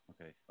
Okay